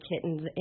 kittens